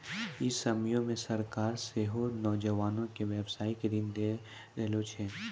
इ समयो मे सरकारें सेहो नौजवानो के व्यवसायिक ऋण दै रहलो छै